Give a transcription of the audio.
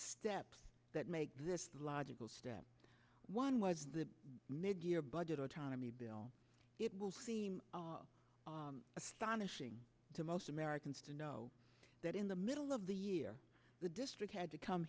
steps that make this logical step one was the mid year budget autonomy bill it will seem astonishing to most americans to know that in the middle of the year the district had to come